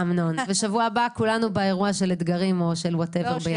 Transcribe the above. בשבוע הבא כולנו נהיה באירוע של "אתגרים" או whatever ביחד.